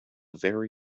very